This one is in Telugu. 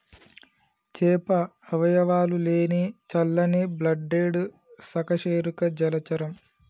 చేప అవయవాలు లేని చల్లని బ్లడెడ్ సకశేరుక జలచరం